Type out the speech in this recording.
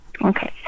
okay